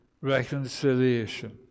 reconciliation